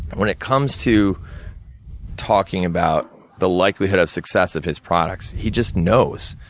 when it comes to talking about the likelihood of success of his products, he just knows.